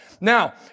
Now